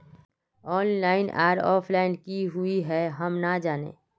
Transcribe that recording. Online आर offline की हुई है हम ना जाने?